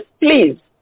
please